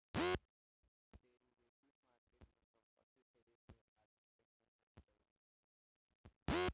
derivative market में संपत्ति के रूप में आदमी के सहयोग कईल जाला